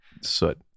Soot